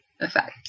effect